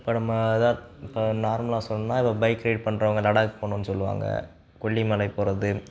இப்போ நம்ம எதாது இப்போ நார்மலாக சொல்லணுனா இப்போ பைக் ரைட் பண்ணுறவங்க லடாக் போகணுன்னு சொல்லுவாங்க கொல்லிமலை போகிறது